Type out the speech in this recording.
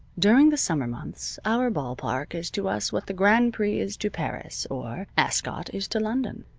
during the summer months our ball park is to us what the grand prix is to paris, or ascot is to london.